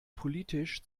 politisch